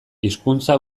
hizkuntza